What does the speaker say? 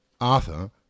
Arthur